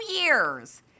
years